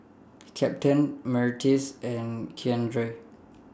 Captain Myrtis and Keandre